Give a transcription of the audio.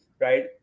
Right